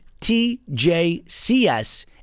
TJCS